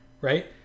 right